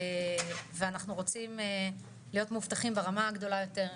ואנחנו רוצים להיות מאובטחים ברמה הגדולה יותר,